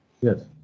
Yes